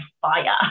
fire